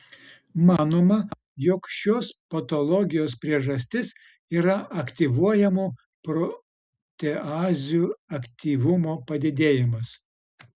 manoma jog šios patologijos priežastis yra aktyvuojamų proteazių aktyvumo padidėjimas